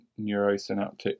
neurosynaptic